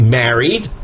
married